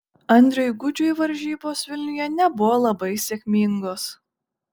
andriui gudžiui varžybos vilniuje nebuvo labai sėkmingos